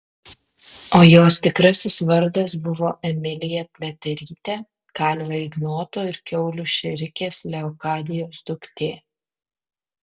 o jos tikrasis vardas buvo emilija pliaterytė kalvio ignoto ir kiaulių šėrikės leokadijos duktė